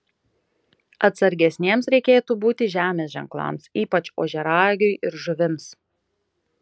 atsargesniems reikėtų būti žemės ženklams ypač ožiaragiui ir žuvims